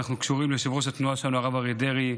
אנחנו קשורים ליושב-ראש התנועה שלנו הרב אריה דרעי,